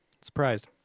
Surprised